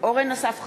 אורן אסף חזן,